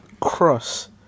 cross